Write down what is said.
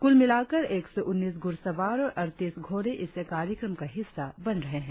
कुल मिलाकर एक सौ उन्नीस घुड़सवार और अड़तीस घोड़े इस कार्यक्रम का हिस्सा बन रहे है